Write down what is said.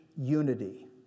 unity